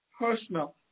personal